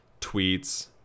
tweets